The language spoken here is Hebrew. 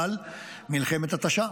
אבל מלחמת התשה,